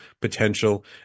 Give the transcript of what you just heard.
potential